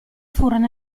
furono